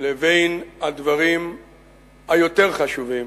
לבין הדברים היותר חשובים